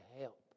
help